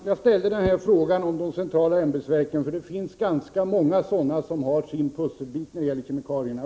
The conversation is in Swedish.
Herr talman! Jag ställde frågan om de centrala ämbetsverken, för det finns ganska många sådana som vart och ett har sin pusselbit när det gäller kemikalierna.